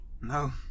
No